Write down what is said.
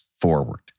forward